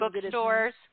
bookstores